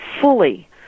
fully